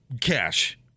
cash